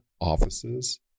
offices